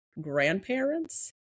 grandparents